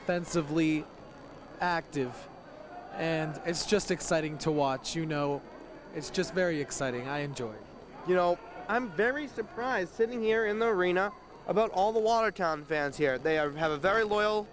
severely active and it's just exciting to watch you know it's just very exciting i enjoy you know i'm very surprised sitting here in the arena about all the watertown fans here they are have a very loyal